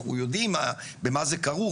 אנחנו יודעים במה זה כרוך.